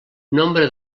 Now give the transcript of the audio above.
nombre